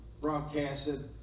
broadcasted